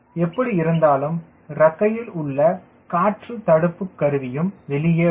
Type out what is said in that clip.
எப்படியிருந்தாலும் இறக்கையில் உள்ள காற்று தடுப்பு கருவியும் வெளியே வரும்